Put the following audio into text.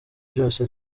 byose